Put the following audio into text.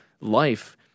life